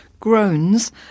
Groans